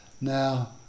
Now